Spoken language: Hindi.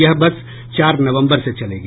यह बस चार नवम्बर से चलेगी